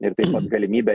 ir tai galimybė